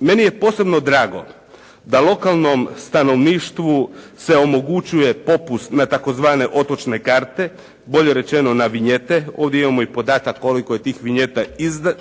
Meni je posebno drago da lokalnom stanovništvu se omogućuje popust na tzv. otočne karte, bolje rečeno na vinjete. Ovdje imamo i podatak koliko je tih vinjeta